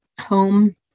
home